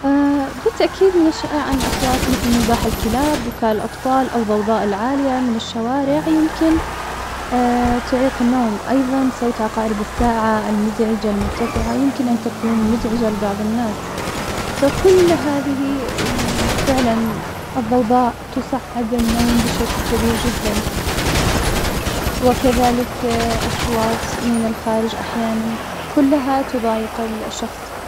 بالتأكيد من الشائع أن أصوات مثل نباح الكلاب, بكاء الأطفال, أو الضوضاء العالية من الشوارع, يمكن تعيق النوم, أيضاً صوت عقارب الساعة المزعجة المرتفعة, يمكن أن تكون مزعجة لبعض الناس, فكل هذه فعلاً الضوضاء تصعب النوم بشكل كبير جداً, وكذلك أصوات من الخارج أحياناً, كلها تضايق الشخص.